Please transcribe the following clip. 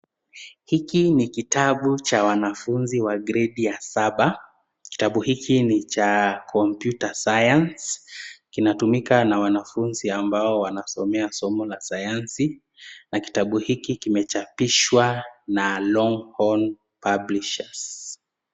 Hiki ni kitabu cha wanafunzi wa gredi ya saba. Kitabu hiki ni cha [computer science]. Kinatumika na wanafunzi ambao wanasomea somo la sayansi na kitabu hiki kimechapishwa na [longhorn publishers].